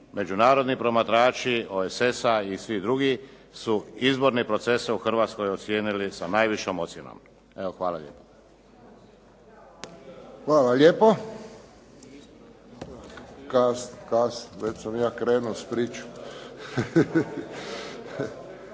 Međunarodni promatrači OESS-a i svi drugi su izborne procese u Hrvatskoj ocijenili sa najvišom ocjenom. Evo hvala lijepa. **Friščić, Josip (HSS)** Hvala lijepo.